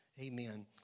Amen